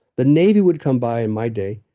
the navy would come by, in my day,